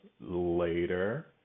Later